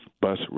Bus